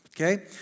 okay